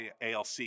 ALC